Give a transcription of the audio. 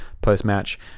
post-match